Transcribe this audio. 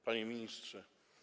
Panie Ministrze!